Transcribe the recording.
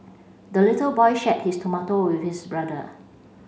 the little boy shared his tomato with his brother